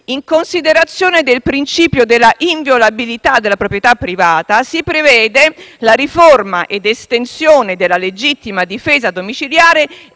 «In considerazione del principio dell'inviolabilità della proprietà privata, si prevede la riforma ed estensione della legittima difesa domiciliare